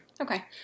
okay